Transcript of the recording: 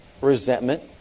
Resentment